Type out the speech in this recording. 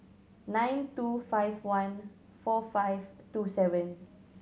nine two five one four five two seven